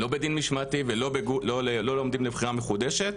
לא בדין משמעתי ולא עומדים לבחירה מחודשת,